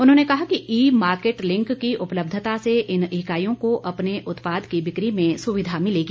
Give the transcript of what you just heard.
उन्होंने कहा कि ई मार्किट लिंक की उपलब्धता से इन इकाईयों को अपने उत्पाद की बिक्री में सुविधा मिलेगी